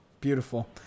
Beautiful